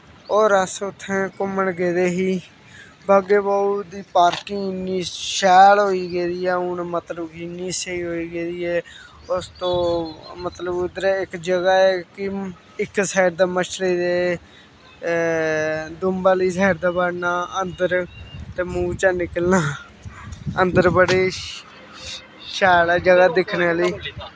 होर अस उत्थै घूमन गेदे ही बाग ए बहु दी पार्किंग इ'न्नी शैल होई गेदी ऐ हून मतलब कि इन्नी स्हेई होई गेदी ऐ उस तो मतलब उद्धरै इक जगह ऐ कि इक साइड दा मछली दे दुम्ब आह्ली साइड दा बढ़ना अंदर ते मूंह चा निकलना अंदर बड़े शैल ऐ जगह दिक्खने आह्ली